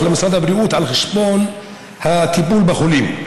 למשרד הבריאות על חשבון הטיפול בחולים.